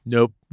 Nope